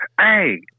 Hey